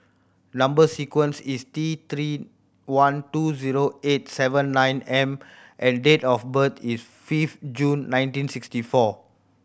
number sequence is T Three one two zero eight seven nine M and date of birth is fifth June nineteen sixty four